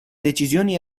decisioni